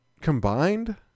combined